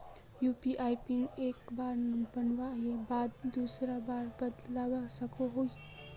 UPI pin एक बार बनवार बाद दूसरा बार बदलवा सकोहो ही?